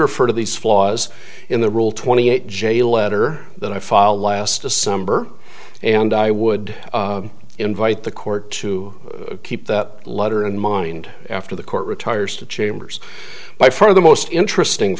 refer to these flaws in the rule twenty eight jail letter that i filed last december and i would invite the court to keep that letter in mind after the court retires to chambers by far the most interesting